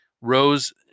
rose